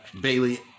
Bailey